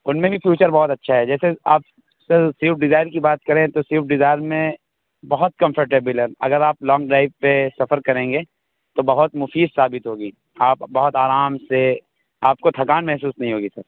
ان میں بھی فیوچر بہت اچھا ہے جیسے آپ سویفٹ ڈیزائر کی بات کریں تو سویفٹ ڈیزائر میں بہت کمفرٹیبل ہے اگر آپ لانگ ڈرائیو پہ سفر کریں گے تو بہت مفید ثابت ہوگی آپ بہت آرام سے آپ کو تھکان محسوس نہیں ہوگی سر